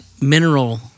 mineral